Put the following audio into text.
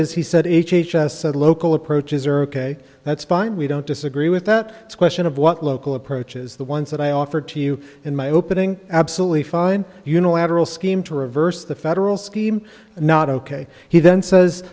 s said local approaches are ok that's fine we don't disagree with that it's a question of what local approach is the ones that i offer to you in my opening absolutely fine unilateral scheme to reverse the federal scheme and not ok he then says